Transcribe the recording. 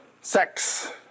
sex